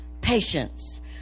patience